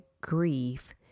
grief